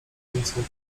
okrutnym